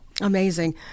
Amazing